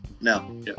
no